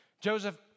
Joseph